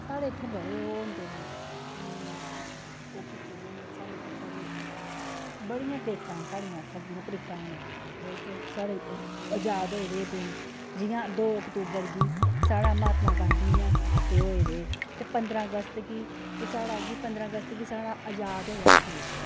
साढे इत्थै बड़ा ओह् होंदे न ओह् कीते दे होंदे साढे़ इद्धर बढे बड़ियां डेटां न जि'यां तरीकां न जेह्दे च साढ़े अजाद होए दे दिन जियां दो अक्तूबर गी साढ़ा महात्मां गांधी न होए दे ते पंदरां अगस्त गी कि जे पंदरां अगस्त गी आजाद होआ हा साढ़ा देश